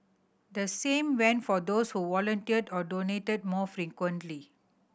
the same went for those who volunteered or donated more frequently